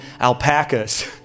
alpacas